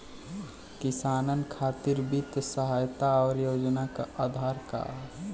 किसानन खातिर वित्तीय सहायता और योजना क आधार का ह?